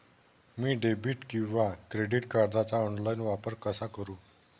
मी debit किंवा credit कार्डचा online वापर कसा करु?